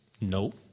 no